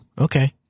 Okay